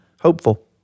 hopeful